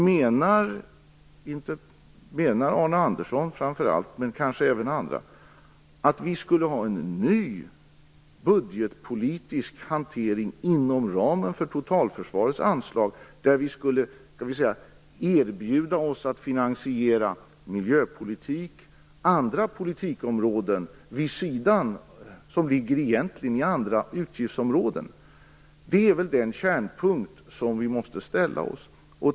Menar i första hand Arne Andersson men kanske även andra att vi skulle ha en ny budgetpolitisk hantering inom ramen för totalförsvarets anslag, där vi skulle erbjuda oss att finansiera miljöpolitik och andra politikområden som egentligen tillhör andra utgiftsområden? Det är den kärnfråga som vi måste ta ställning till.